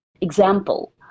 example